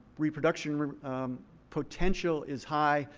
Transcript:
reproduction potential is high.